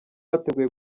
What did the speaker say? biteguye